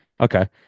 Okay